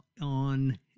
on